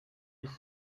his